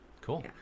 cool